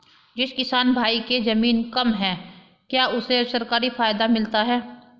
जिस किसान भाई के ज़मीन कम है क्या उसे सरकारी फायदा मिलता है?